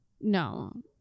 No